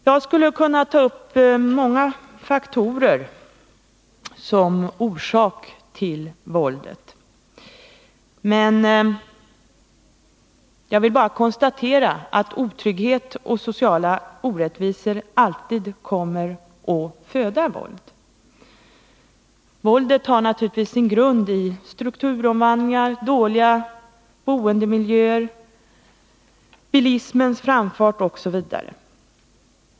Jag skulle kunna ta upp många faktorer som orsakar våldet, men jag skall bara konstatera att otrygghet och sociala orättvisor alltid föder våld. Det har naturligtvis sin grund i strukturomvandlingar, dåliga boendemiljöer, en ökande bilism osv.